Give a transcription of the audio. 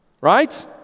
right